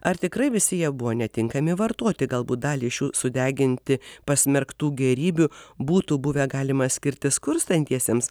ar tikrai visi jie buvo netinkami vartoti galbūt dalį šių sudeginti pasmerktų gėrybių būtų buvę galima skirti skurstantiesiems